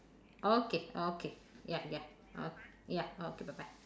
okay okay ya ya okay ya okay bye bye